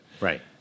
right